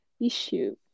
issue